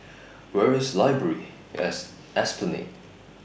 Where IS Library At Esplanade